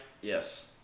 Yes